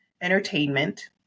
entertainment